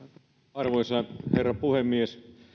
arvoisa herra puhemies